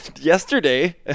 yesterday